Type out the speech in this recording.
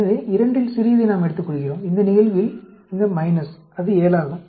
எனவே இரண்டில் சிறியதை நாம் எடுத்துக்கொள்கிறோம் இந்த நிகழ்வில் இந்த அது 7 ஆகும்